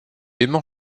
aimant